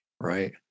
Right